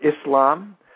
Islam